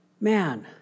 man